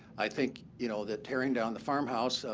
i think, you know, that tearing down the farmhouse,